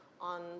On